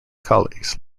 colleagues